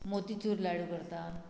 मोती चूर लाडू करतात